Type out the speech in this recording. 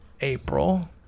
April